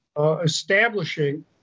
establishing